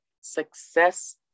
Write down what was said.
success